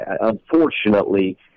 unfortunately